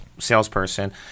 salesperson